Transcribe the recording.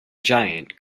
giant